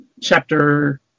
chapter